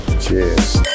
Cheers